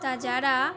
তা যারা